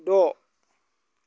द'